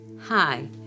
Hi